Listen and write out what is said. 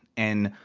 and,